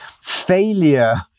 failure